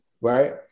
right